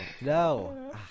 no